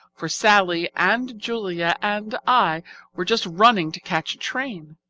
for sallie and julia and i were just running to catch a train.